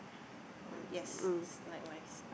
on yes likewise